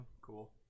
Cool